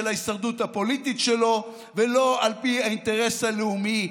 ההישרדות הפוליטית שלו ולא על פי האינטרס הלאומי".